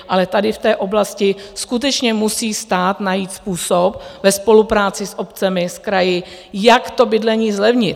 Ale tady v té oblasti skutečně musí stát najít způsob ve spolupráci s obcemi, s kraji, jak to bydlení zlevnit.